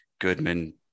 Goodman